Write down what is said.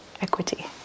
equity